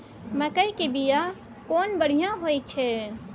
मकई के बीया केना बढ़िया होय छै?